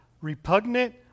repugnant